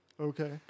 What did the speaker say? Okay